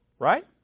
right